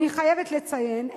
אני חייבת לציין,